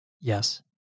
Yes